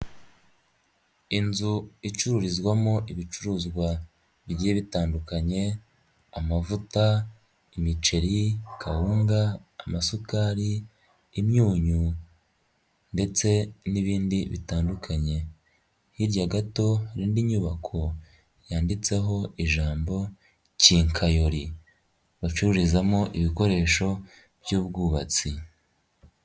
Inzu icururizwamo ibicuruzwa, bigiye bitandukanye, Amavuta, imiceri, kawunga, amasukari, imyunyu, ndetse n'ibindi bitandukanye. Hirya gato harindi nyubako yanditseho ijambo kinkayori, bacururizamo ibikoresho by'ubwubatsi.